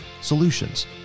solutions